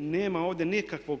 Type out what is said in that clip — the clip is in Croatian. Dakle, nema ovdje nikakve